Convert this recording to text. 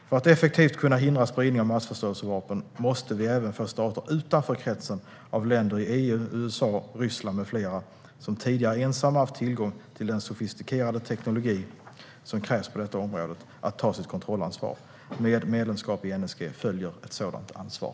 För att effektivt kunna hindra spridning av massförstörelsevapen måste vi även få stater utanför kretsen av länder i EU, USA, Ryssland med flera - som tidigare ensamma haft tillgång till den sofistikerade teknologi som krävs på detta område - att ta sitt kontrollansvar. Med medlemskap i NSG följer ett sådant ansvar.